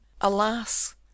Alas